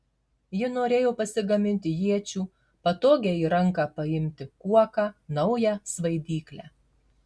ji norėjo pasigaminti iečių patogią į ranką paimti kuoką naują svaidyklę